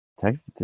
Texas